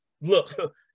look